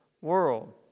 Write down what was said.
world